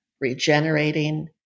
regenerating